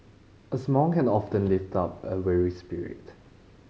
a smile can often lift up a weary spirit